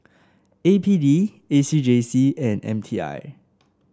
A P D A C J C and M T I